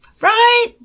Right